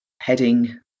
heading